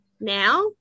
now